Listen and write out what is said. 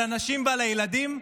על הנשים ועל הילדים,